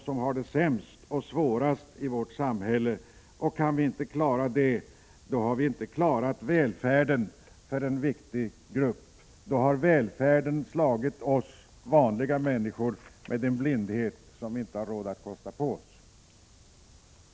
Klarar vi inte av att tillgodose deras behov, har vi inte heller klarat av att skapa välfärd för dem. Då har välfärden slagit oss vanliga människor med en blindhet som vi inte har råd att kosta på oss.